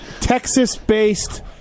Texas-based